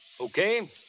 Okay